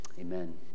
Amen